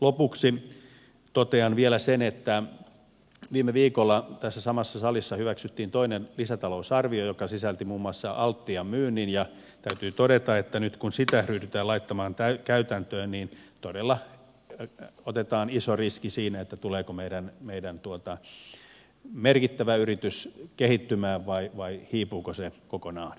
lopuksi totean vielä sen että viime viikolla tässä samassa salissa hyväksyttiin toinen lisätalousarvio joka sisälsi muun muassa altian myynnin ja täytyy todeta että nyt kun sitä ryhdytään laittamaan käytäntöön niin todella otetaan iso riski siinä tuleeko meidän merkittävä yrityksemme kehittymään vai hiipuuko se kokonaan